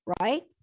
right